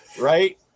right